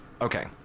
Okay